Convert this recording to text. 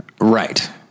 right